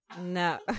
No